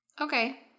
Okay